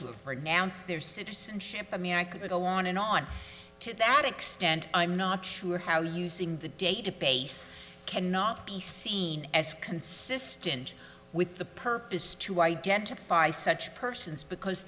announce their citizenship i mean i could go on and on to that extent i'm not sure how using the database cannot be seen as consistent with the purpose to identify such persons because